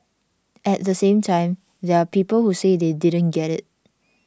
at the same time there are people who say they didn't get it